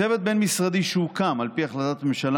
צוות בין-משרדי שהוקם על פי החלטת ממשלה